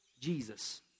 Jesus